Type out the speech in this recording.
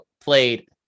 played